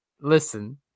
listen